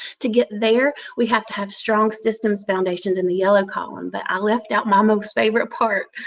to get there, we have to have strong systems foundations in the yellow column. but i left out my most favorite part,